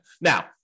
Now